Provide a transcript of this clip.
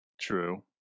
True